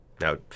Now